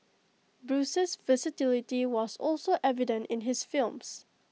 Bruce's versatility was also evident in his films